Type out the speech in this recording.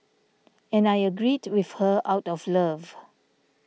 and I agreed with her out of love